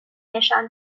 نشان